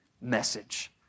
message